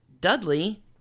Dudley